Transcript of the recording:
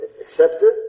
accepted